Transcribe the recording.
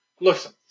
Listen